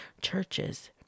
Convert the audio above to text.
churches